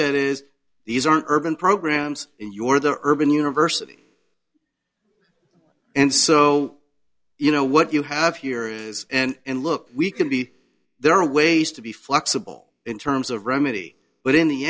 said is these are urban programs in your the urban university and so you know what you have here is and look we can be there are ways to be flexible in terms of remedy but in the